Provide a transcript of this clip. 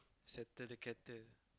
settle the cattle